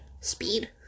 speed